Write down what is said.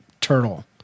turtle